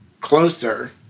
closer